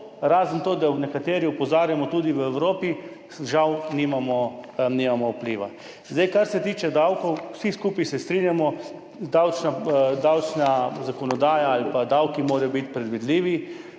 razen tega, da nekateri opozarjamo tudi v Evropi, žal nimamo vpliva. Kar se tiče davkov. Vsi skupaj se strinjamo, davčna zakonodaja ali davki morajo biti predvidljivi.